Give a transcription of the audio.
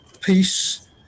Peace